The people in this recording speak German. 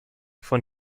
von